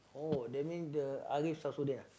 oh that mean the Ariff-Samsuddin ah